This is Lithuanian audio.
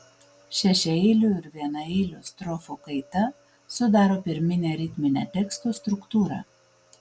šešiaeilių ir vienaeilių strofų kaita sudaro pirminę ritminę teksto struktūrą